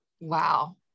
Wow